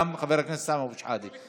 גם חבר הכנסת סמי אבו שחאדה.